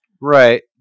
Right